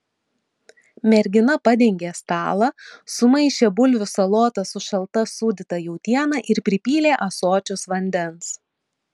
mergina padengė stalą sumaišė bulvių salotas su šalta sūdyta jautiena ir pripylė ąsočius vandens